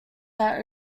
that